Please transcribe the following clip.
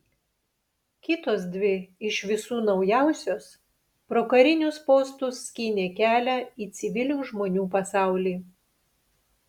kitos dvi iš visų naujausios pro karinius postus skynė kelią į civilių žmonių pasaulį